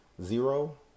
zero